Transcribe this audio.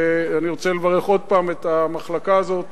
ואני רוצה לברך עוד פעם את המחלקה הזאת